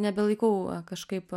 nebelaikau kažkaip